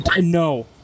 no